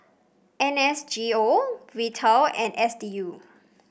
N S G O Vital and S D U